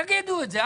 תגידו את זה,